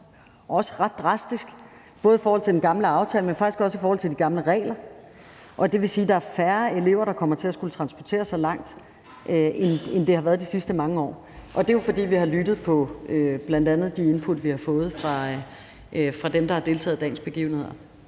også ret drastisk, både i forhold til den gamle aftale, men faktisk også i forhold til de gamle regler, og det vil sige, at der er færre elever, end der har været de sidste mange år, der kommer til at skulle transportere sig så langt, og det er jo, fordi vi har lyttet til bl.a. de input, vi har fået fra dem, der har deltaget i dagens begivenheder.